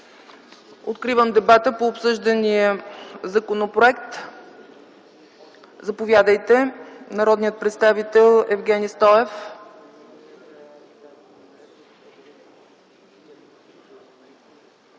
Откривам дебатите по обсъждания законопроект. Народният представител Евгени Стоев